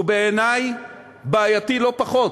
וזה בעיני בעייתי לא פחות.